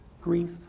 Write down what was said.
Grief